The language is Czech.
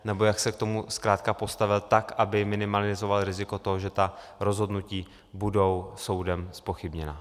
Nebo jak se k tomu zkrátka postavil, tak aby minimalizoval riziko toho, že ta rozhodnutí budou soudem zpochybněna.